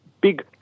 big